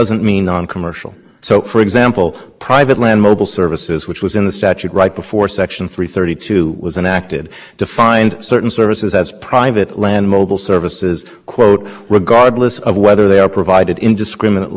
services which was in the statute right before section three thirty two was and acted to find certain services as private land mobile services quote regardless of whether they are provided indiscriminately to eligible users on a commercial basis the word private in this